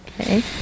Okay